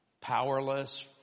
powerless